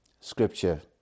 Scripture